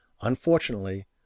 unfortunately